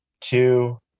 two